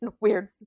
weird